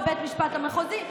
בבית המשפט המחוזי,